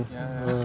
ya